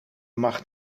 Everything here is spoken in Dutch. mag